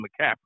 McCaffrey